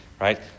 right